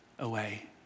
away